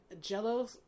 jello